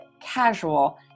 casual